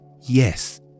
yes